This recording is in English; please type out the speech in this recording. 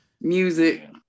Music